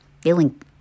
feeling